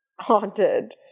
Haunted